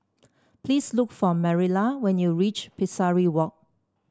please look for Marilla when you reach Pesari Walk